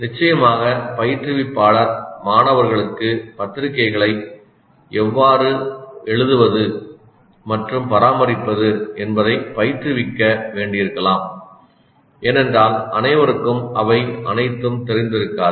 நிச்சயமாக பயிற்றுவிப்பாளர் மாணவர்களுக்கு பத்திரிகைகளை எவ்வாறு எழுதுவது மற்றும் பராமரிப்பது என்பதைப் பயிற்றுவிக்க வேண்டியிருக்கலாம் ஏனென்றால் அனைவருக்கும் அவை அனைத்தும் தெரிந்திருக்காது